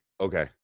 Okay